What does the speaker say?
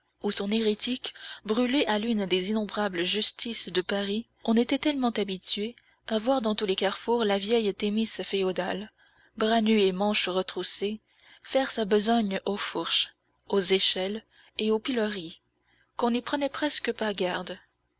ou son hérétique brûlé à l'une des innombrables justices de paris on était tellement habitué à voir dans tous les carrefours la vieille thémis féodale bras nus et manches retroussées faire sa besogne aux fourches aux échelles et aux piloris qu'on n'y prenait presque pas garde